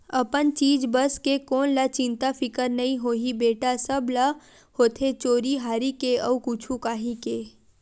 अपन चीज बस के कोन ल चिंता फिकर नइ होही बेटा, सब ल होथे चोरी हारी के अउ कुछु काही के